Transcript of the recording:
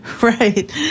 Right